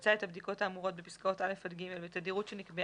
יבצע את הבדיקות האמורות בפסקאות (א) עד (ג) בתדירות שנקבעה